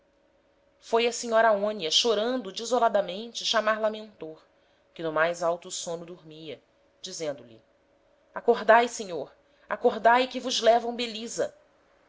foi a senhora aonia chorando desoladamente chamar lamentor que no mais alto sôno dormia dizendo-lhe acordae senhor acordae que vos levam belisa